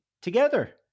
together